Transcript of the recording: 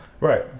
Right